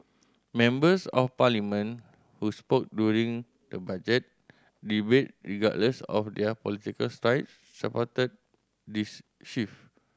members of Parliament who spoke during the Budget debate regardless of their political stripes supported this shift